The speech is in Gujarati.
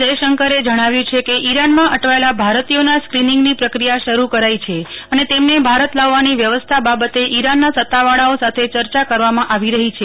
જયશંકરે જણાવ્યું છે કે ઇરાનમાં અટવાયેલા ભારતીયોના સ્ક્રિનિંગની પ્રક્રિયા શરૂ કરાઈ છે અને તેમને ભારત લાવવાની વ્યવસ્થા બાબતે ઇરાનના સત્તાવાળાઓ સાથે ચર્ચા કરવામાં આવી રહી છે